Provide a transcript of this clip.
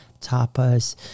tapas